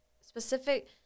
specific